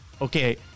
okay